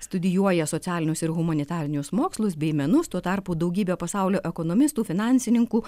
studijuoja socialinius ir humanitarinius mokslus bei menus tuo tarpu daugybė pasaulio ekonomistų finansininkų